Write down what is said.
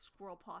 Squirrelpaw